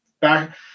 back